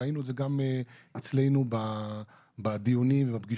ראינו את זה גם בדיונים ובפגישות,